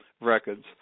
records